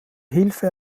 hilfe